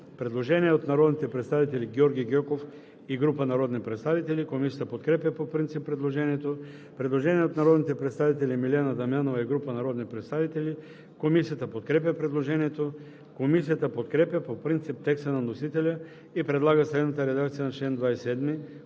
Предложение от народния представител Георги Гьоков и група народни представители. Комисията подкрепя по принцип предложението. Предложение от народния представител Милена Дамянова и група народни представители. Комисията подкрепя предложението. Комисията подкрепя по принцип текста на вносителя и предлага следната редакция на чл. 27,